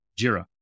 Jira